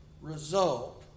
result